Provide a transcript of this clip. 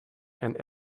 and